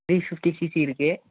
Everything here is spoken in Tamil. த்ரீ ஃபிஃப்டி சிசி இருக்கு